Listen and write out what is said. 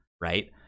right